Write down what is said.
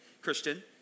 Christian